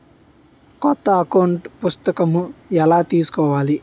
కొత్త అకౌంట్ పుస్తకము ఎలా తీసుకోవాలి?